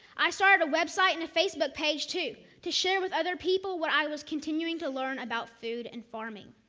i started a website and a facebook page too, to share with other people what i was continuing to learn about food and farming